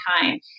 time